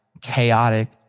chaotic